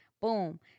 Boom